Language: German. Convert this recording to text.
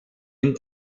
ihn